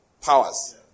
powers